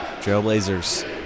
Trailblazers